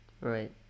right